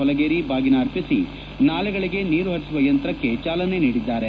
ಹೊಲಗೇರಿ ಬಾಗಿನ ಅರ್ಪಿಸಿ ನಾಲೆಗಳಿಗೆ ನೀರು ಹರಿಸುವ ಯಂತ್ರಕ್ಕೆ ಶಾಸಕರು ಚಾಲನೆ ನೀಡಿದ್ದಾರೆ